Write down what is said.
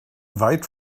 weit